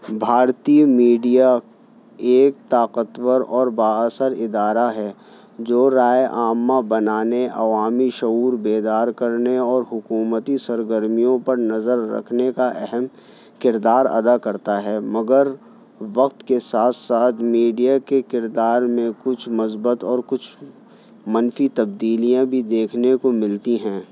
بھارتی میڈیا ایک طاقتور اور با اثر ادارہ ہے جو رائے عامہ بنانے عوامی شعور بیدار کرنے اور حکومتی سرگرمیوں پر نظر رکھنے کا اہم کردار ادا کرتا ہے مگر وقت کے ساتھ ساتھ میڈیا کے کردار میں کچھ مثبت اور کچھ منفی تبدیلیاں بھی دیکھنے کو ملتی ہیں